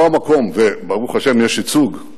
פה המקום, וברוך השם יש ייצוג.